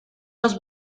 los